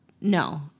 No